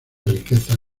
riqueza